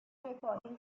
recording